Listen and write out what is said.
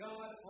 God